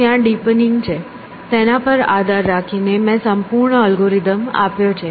ત્યાં ડીપનીંગ છે તેના પર આધાર રાખીને મેં સંપૂર્ણ અલ્ગોરિધમ આપ્યો છે